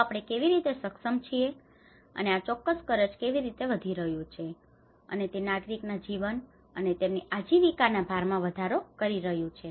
તો આપણે કેવી રીતે સક્ષમ છીએ અને આ ચોક્કસ કરજ કેવી રીતે વધી રહ્યું છે અને તે નાગરિકના જીવન અને તેમની આજીવિકાના ભારમાં વધારો કરી રહ્યું છે